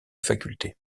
faculté